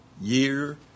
year